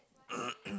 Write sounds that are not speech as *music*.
*coughs*